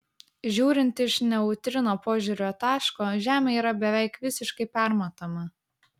žiūrint iš neutrino požiūrio taško žemė yra beveik visiškai permatoma